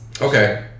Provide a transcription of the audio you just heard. Okay